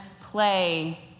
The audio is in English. play